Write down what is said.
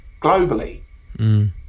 globally